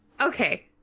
Okay